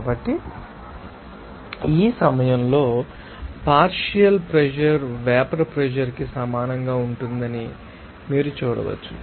కాబట్టి ఈ సమయంలో పార్షియల్ ప్రెషర్ వేపర్ ప్రెషర్ కి సమానంగా ఉంటుందని మీరు చూడవచ్చు